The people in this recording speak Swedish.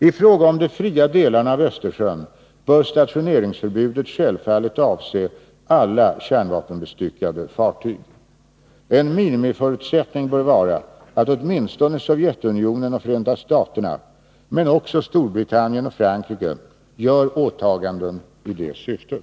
I fråga om de fria delarna av Östersjön bör stationeringsförbudet självfallet avse alla kärnvapenbestyck= ade fartyg. En minimiförutsättning bör vara att åtminstone Sovjetunionen och Förenta staterna men också Storbritannien och Frankrike gör åtaganden i det syftet.